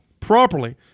Properly